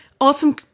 Autumn